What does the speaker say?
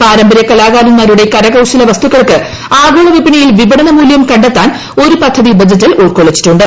പാരമ്പര്യ കലാകാരന്മാരുടെ കരകൌശല വസ്തുക്കൾക്ക് ആഗോള വിപണിയിൽ വിപണന മൂല്യം കണ്ടെത്താൻ ഒരു പദ്ധതി ബജറ്റിൽ ഉൾക്കൊളളിച്ചിട്ടുണ്ട്